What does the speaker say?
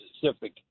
Pacific